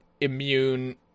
immune